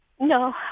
No